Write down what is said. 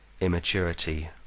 Immaturity